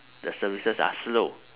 the services are slow